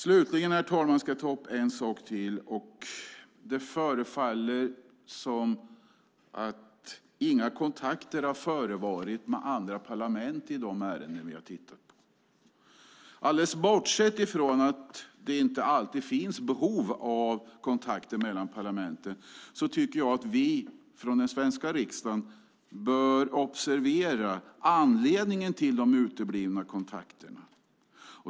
Herr talman! Jag ska ta upp en sak till. Det förefaller som att inga kontakter har förevarit med andra parlament i de ärenden vi har tittat på. Bortsett från att det inte alltid finns behov av kontakter mellan parlamenten tycker jag att vi i den svenska riksdagen bör observera anledningen till de uteblivna kontakterna.